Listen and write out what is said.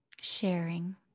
sharing